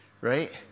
right